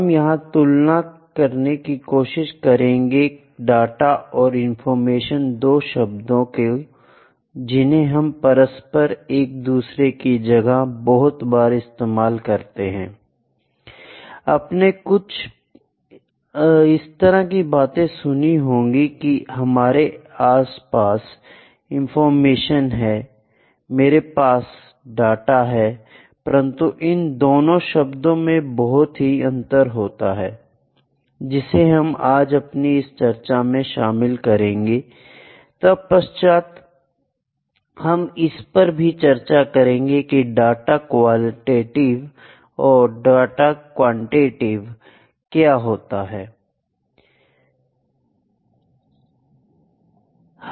हम यहां तुलना करने की कोशिश करेंगे डाटा और इंफॉर्मेशन दो शब्दों को जिन्हें हम परस्पर एक दूसरे की जगह बहुत बार इस्तेमाल करते हैं आपने कुछ इस तरह की बातें सुनी होंगी कि हमारे पास इंफॉर्मेशन है मेरे पास डाटा है परंतु इन दोनों शब्दों में बहुत ही अंतर होता है जिसे हम आज अपनी इस चर्चा में शामिल करेंगे तत्पश्चात हम इस पर भी चर्चा करेंगे की डाटा क्वालिटेटिव और क्वानटेटिव डाटा क्या है